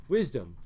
Wisdom